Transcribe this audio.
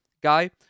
guy